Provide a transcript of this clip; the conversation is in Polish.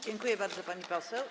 Dziękuję bardzo, pani poseł.